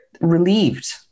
relieved